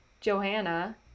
Johanna